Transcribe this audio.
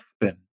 happen